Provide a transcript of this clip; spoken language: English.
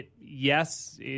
yes